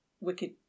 wicked